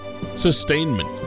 sustainment